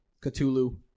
Cthulhu